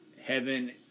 heaven